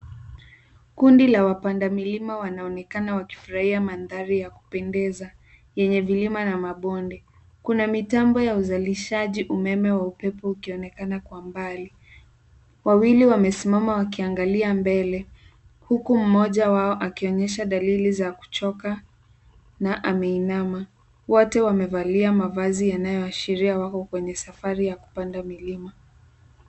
Kundi la wapanda milima wanaonekana wakifurahia mandhari ya kupendeza yenye vilima na mabonde. Kuna mitambo ya uzalishaji umeme wa upepo ukionekana kwa mbali. Wawili wamesimama wakiangalia mbele huku mmoja wao akionyesha dalili za kuchoka na ameinama. Wote wamevalia mavazi yanayoashiria wako kwenye safari ya kupanda milima.